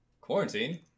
Quarantine